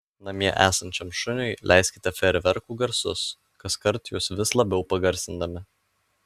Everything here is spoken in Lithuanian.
namie esančiam šuniui leiskite fejerverkų garsus kaskart juos vis labiau pagarsindami